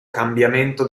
cambiamento